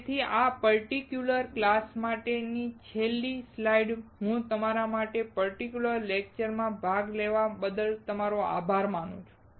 તેથી આ particular class માટેની છેલ્લી સ્લાઇડ હું આ બધા પર્ટિક્યુલર લેક્ચરમાં ભાગ લેવા બદલ તમારો આભાર માનું છું